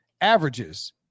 averages